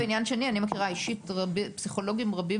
ועניין שני אני מכירה אישית פסיכולוגים רבים